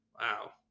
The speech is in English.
Wow